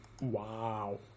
Wow